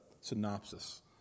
synopsis